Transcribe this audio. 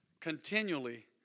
continually